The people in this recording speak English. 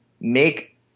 make